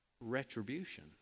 retribution